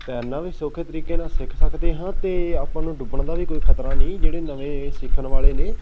ਤੈਰਨਾ ਵੀ ਸੌਖੇ ਤਰੀਕੇ ਨਾਲ ਸਿੱਖ ਸਕਦੇ ਹਾਂ ਅਤੇ ਆਪਾਂ ਨੂੰ ਡੁੱਬਣ ਦਾ ਵੀ ਕੋਈ ਖ਼ਤਰਾ ਨਹੀਂ ਜਿਹੜੇ ਨਵੇਂ ਸਿੱਖਣ ਵਾਲੇ ਨੇ